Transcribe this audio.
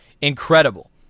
incredible